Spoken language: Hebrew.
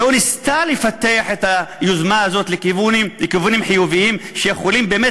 לא ניסו לפתח את היוזמה הזאת לכיוונים חיוביים שיכולים באמת